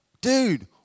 dude